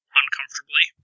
uncomfortably